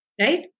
right